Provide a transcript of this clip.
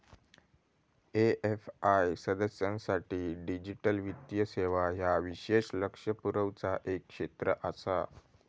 AFI सदस्यांसाठी digital वित्तीय सेवा ह्या विशेष लक्ष पुरवचा एक क्षेत्र आसा